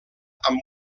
amb